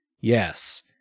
Yes